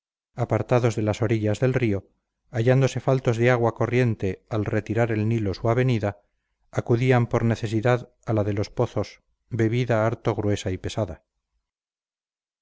apartados de las orillas del río hallándose faltos de agua corriente al retirar el nilo su avenida acudían por necesidad a la de los pozos bebida harto gruesa y pesada